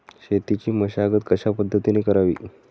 शेतीची मशागत कशापद्धतीने करावी?